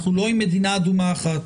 אנחנו לא עם מדינה אדומה אחת.